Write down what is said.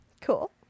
Cool